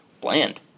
bland